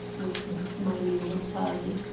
was the smiling reply.